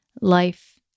life